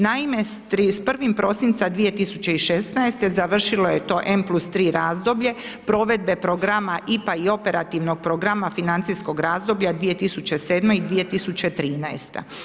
Naime, s 31. prosinca 2016. završilo je to n+3 razdoblje provedbe programa IPA i Operativnog programa financijskog razdoblja 2007. i 2013.